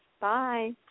Bye